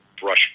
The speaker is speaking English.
brush